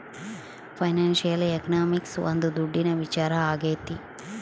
financial economics ಒಂದ್ ದುಡ್ಡಿನ ವಿಚಾರ ಆಗೈತೆ